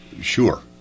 sure